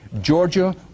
Georgia